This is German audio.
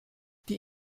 die